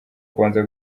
kubanza